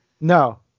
No